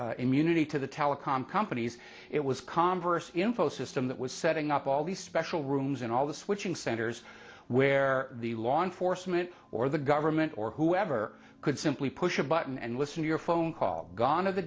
granted immunity to the telecom companies it was converse info system that was setting up all these special rooms in all the switching centers where the law enforcement or the government or whoever could simply push a button and listen your phone call gone of the